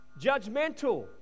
judgmental